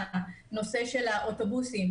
באוטובוסים,